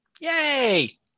Yay